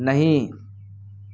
نہیں